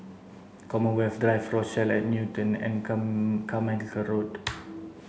Commonwealth Drive Rochelle at Newton and Carmichael Road